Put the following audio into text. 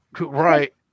right